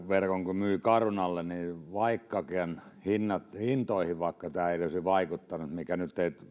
myi carunalle vaikkakaan hintoihin tämä ei olisi vaikuttanut mikä nyt ei